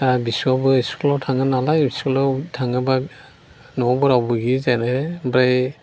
दा फिसौआबो स्कुलाव थाङो नालाय स्कुलाव थाङोब्ला न'आवबो रावबो गैयि जायो ओमफ्राय